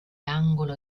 angolo